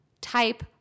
type